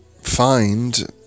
find